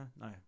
No